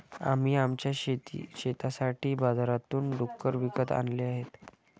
आम्ही आमच्या शेतासाठी बाजारातून डुक्कर विकत आणले आहेत